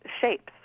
shapes